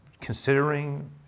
considering